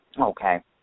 Okay